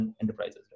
enterprises